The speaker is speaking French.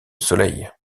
soleil